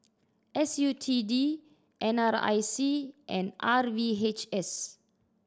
S U T D N R I C and R V H S